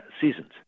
seasons